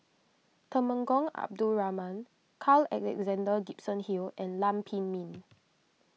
Temenggong Abdul Rahman Carl Alexander Gibson Hill and Lam Pin Min